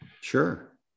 Sure